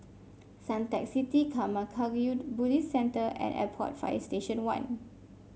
Suntec City Karma Kagyud Buddhist Centre and Airport Fire Station One